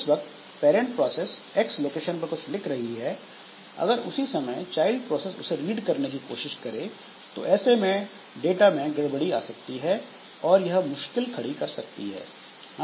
जिस वक्त parent process X location पर कुछ लिख रही है अगर उसी समय चाइल्ड प्रोसेस उसे रीड करने की कोशिश करें तो ऐसे में डाटा में गड़बड़ी आ सकती है और यह मुश्किल खड़ी कर सकती है